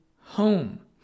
home